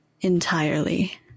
entirely